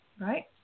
right